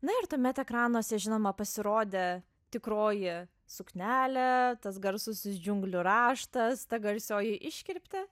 na ir tuomet ekranuose žinoma pasirodė tikroji suknelė tas garsusis džiunglių raštas ta garsioji iškirptė